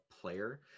player